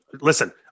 listen